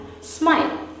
smile